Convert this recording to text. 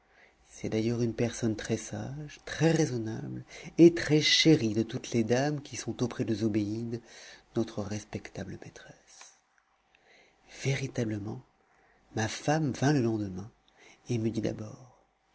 c'est d'ailleurs une personne très-sage très-raisonnable et très chérie de toutes les dames qui sont auprès de zobéide notre respectable maîtresse véritablement ma femme vint le lendemain et me dit d'abord